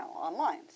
online